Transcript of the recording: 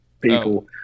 people